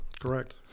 Correct